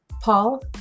Paul